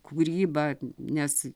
kūrybą nes